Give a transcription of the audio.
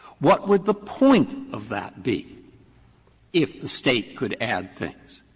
what would the point of that be if the state could add things?